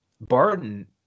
Barton